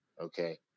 Okay